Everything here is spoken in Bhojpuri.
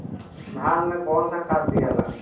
धान मे कौन सा खाद दियाला?